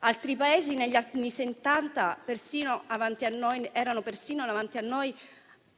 Altri Paesi, negli anni Settanta, erano persino davanti a noi